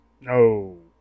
No